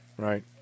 Right